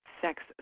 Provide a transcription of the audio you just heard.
sex